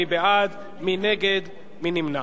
מי בעד, מי נגד, מי נמנע?